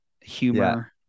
humor